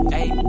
Hey